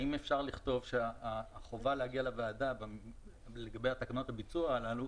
האם אפשר לכתוב שהחובה להגיע לוועדה לגבי תקנות הביצוע הללו